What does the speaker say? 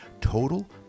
total